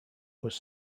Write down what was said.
was